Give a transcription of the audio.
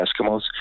Eskimos